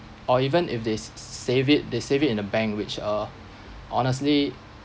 or even if they s~ s~ save it they save it in the bank which uh honestly